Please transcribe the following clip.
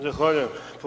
Zahvaljujem.